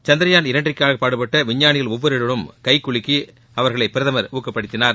சந்த்ரயான் இரண்டிற்காக பாடுபட்ட விஞ்ஞானிகள் ஒவ்வொருவரிடமும் கைக்குலுக்கி அவர்களை பிரதமர் ஊக்கப்படுத்தினார்